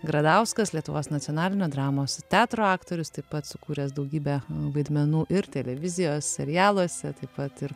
gradauskas lietuvos nacionalinio dramos teatro aktorius taip pat sukūręs daugybę vaidmenų ir televizijos serialuose taip pat ir